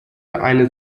eine